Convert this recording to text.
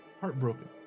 heartbroken